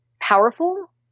powerful